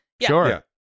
Sure